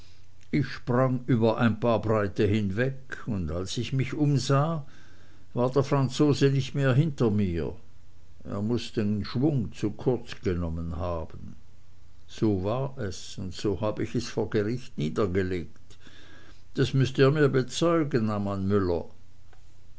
ich sprang über ein paar breite hinweg und als ich mich umsah war der franzose nicht mehr hinter mir er muß den schwung zu kurz genommen haben so war es und so hab ich es vor gericht niedergelegt das müßt ihr mir bezeugen ammann müller